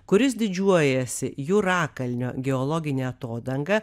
kuris didžiuojasi jūrakalnio geologine atodanga